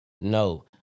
No